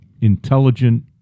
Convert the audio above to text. intelligent